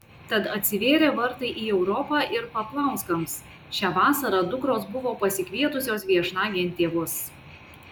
tad atsivėrė vartai į europą ir paplauskams šią vasarą dukros buvo pasikvietusios viešnagėn tėvus